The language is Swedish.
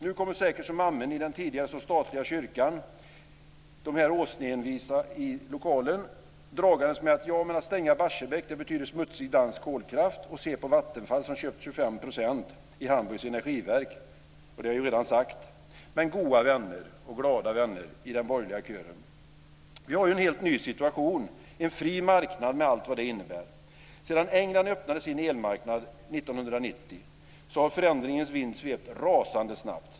Nu kommer säkert som amen i den tidigare så statliga kyrkan de åsneenvisa i lokalen dragandes med: Men, att stänga Barsebäck betyder smutsig dansk kolkraft, och se på Vattenfall som köper 25 % i Hamburgs energiverk. Det har jag redan sagt. Men, goa och glada vänner i den borgerliga kören, vi har en helt ny situation, en fri marknad med allt vad det innebär. Sedan England öppnade sin elmarknad 1990 har förändringens vind svept rasande snabbt.